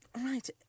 right